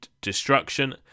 destruction